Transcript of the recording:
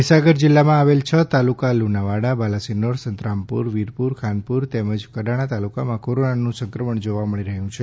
મહીસાગર જિલ્લામાં આવેલ છ તાલુકા લુણાવાડા બાલાસિનોર સંતરામપુર વીરપુર ખાનપુર તેમજ કડાણા તાલુકામાં કોરનાનું સક્રમણ જોવા મળી રહ્યું છે